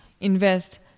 invest